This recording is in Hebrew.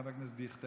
חבר הכנסת דיכטר,